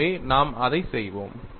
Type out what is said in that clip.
எனவே நாம் அதை செய்வோம்